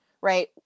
right